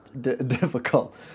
difficult